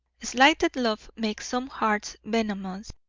slighted love makes some hearts venomous.